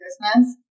Christmas